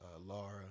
Laura